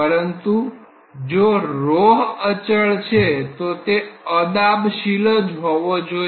પરંતુ જો ρ અચળ છે તો તે અદાબશીલ જ હોવો જોઈએ